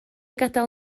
gadael